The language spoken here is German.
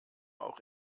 auch